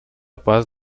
paz